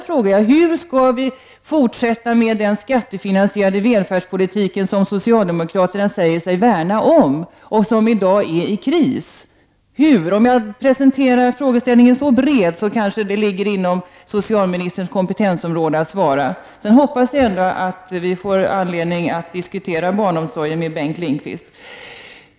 Hur skall vi kunna fortsätta med den skattefinansierade v litik som socialdemokraterna säger sig värna om och som i dag är i kris? Om jag presenterar frågeställningen så brett, kanske det faller inom socialministerns kompetensområde att svara. Jag hoppas ändå att vi får anledning att diskutera barnomsorgen med Bengt Lindqvist.